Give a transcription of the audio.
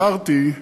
אמרתי,